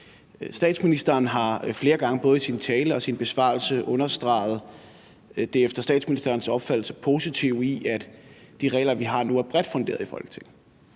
Statsministeren har flere gange både i sin tale og i sine besvarelser understreget det efter statsministerens opfattelse positive i, at de regler, vi har nu, er bredt funderet i Folketinget,